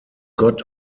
gott